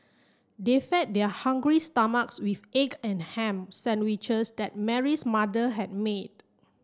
they fed their hungry stomachs with egg and ham sandwiches that Mary's mother had made